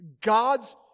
God's